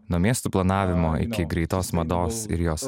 nuo miestų planavimo iki greitos mados ir jos